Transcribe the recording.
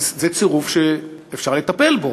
הוא צירוף שאפשר לטפל בו,